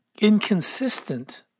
inconsistent